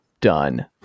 done